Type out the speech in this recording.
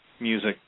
music